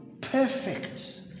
perfect